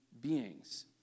beings